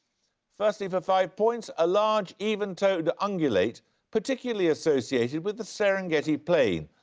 firstly, for five points, a large, even-toed ungulate particularly associated with the serengeti plain.